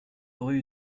rue